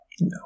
No